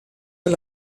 per